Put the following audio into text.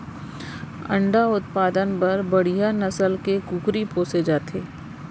अंडा उत्पादन बर बड़िहा नसल के कुकरी पोसे जाथे